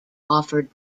offered